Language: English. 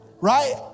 Right